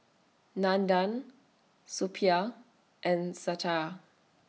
Nandan Suppiah and Satya